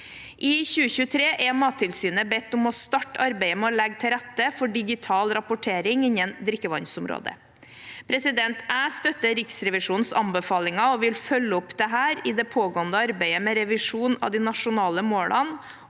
I 2023 er Mattilsynet blitt bedt om å starte arbeidet med å legge til rette for digital rapportering innen drikkevannsområdet. Jeg støtter Riksrevisjonens anbefalinger og vil følge opp dette i det pågående arbeidet med revisjon av de nasjonale målene